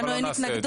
לנו אין התנגדות.